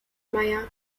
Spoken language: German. meyer